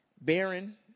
Baron